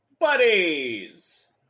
Buddies